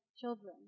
children